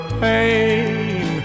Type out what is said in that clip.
pain